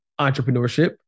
entrepreneurship